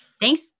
Thanks